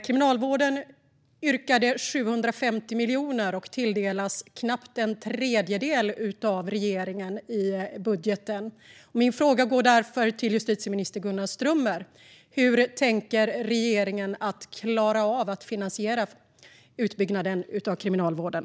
Kriminalvården äskade 750 miljoner och tilldelades knappt en tredjedel i regeringens budget. Min fråga till justitieminister Gunnar Strömmer är därför hur regeringen tänker klara av att finansiera utbyggnaden av kriminalvården.